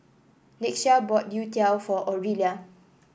Lakeshia bought youtiao for Orelia